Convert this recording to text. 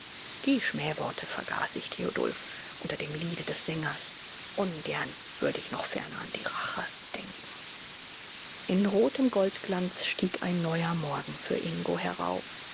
die schmähworte vergaß ich theodulf unter dem liede des sängers ungern würde ich noch ferner an die rache denken in rotem goldglanz stieg ein neuer morgen für ingo herauf